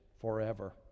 forever